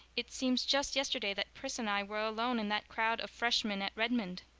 it seems just yesterday that pris and i were alone in that crowd of freshmen at redmond.